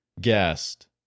guest